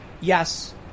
yes